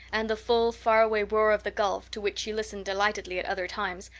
and the full, faraway roar of the gulf, to which she listened delightedly at other times,